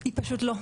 היא פשוט לא.